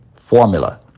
formula